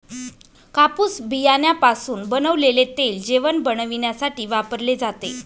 कापूस बियाण्यापासून बनवलेले तेल जेवण बनविण्यासाठी वापरले जाते